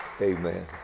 Amen